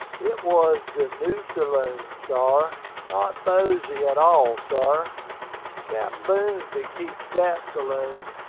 it was de new saloon, sar not boozy at all, sar captain boomsby keeps dat saloon.